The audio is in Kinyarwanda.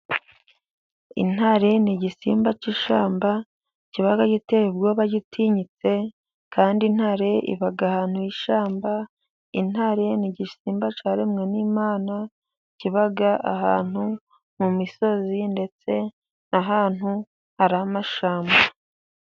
Intare ni igisimba cy'ishyamba kiba giteye ubwoba gitinyitse, kandi intare iba ahantuh'ishyamba. Intare ni igisimba cyaremwe n'Imana kiba ahantu mu misozi ndetse n'ahantu hari amashyamba.